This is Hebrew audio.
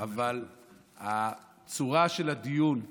אבל הצורה של הדיון,